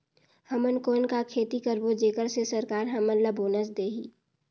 हमन कौन का खेती करबो जेकर से सरकार हमन ला बोनस देही?